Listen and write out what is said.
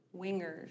wingers